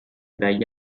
dagli